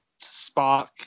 Spock